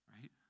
Right